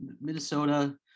minnesota